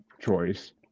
choice